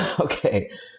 Okay